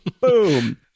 Boom